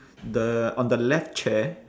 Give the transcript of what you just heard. the on the left chair